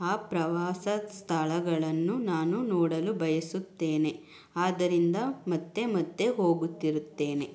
ಆ ಪ್ರವಾಸ ಸ್ಥಳಗಳನ್ನು ನಾನು ನೋಡಲು ಬಯಸುತ್ತೇನೆ ಆದ್ದರಿಂದ ಮತ್ತೆ ಮತ್ತೆ ಹೋಗುತ್ತಿರುತ್ತೇನೆ